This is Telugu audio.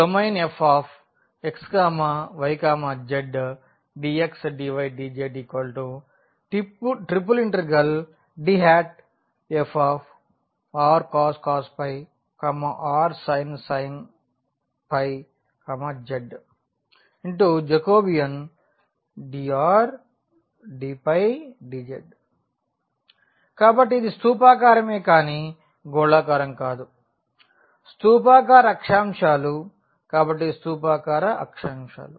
Dfx y zdxdydz Dfrcos rsin zJdr dϕ dz కాబట్టి ఇది స్థూపాకారమే కానీ గోళాకారం కాదు స్థూపాకార అక్షాంశాలు కాబట్టి స్థూపాకార అక్షాంశాలు